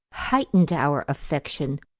heightened our affection,